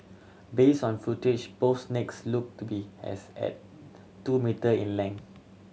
base on footage both snakes looked to be as at two metre in length